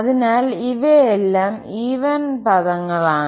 അതിനാൽ ഇവയെല്ലാം ഈവൻ പദങ്ങലാണ്